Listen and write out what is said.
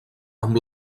amb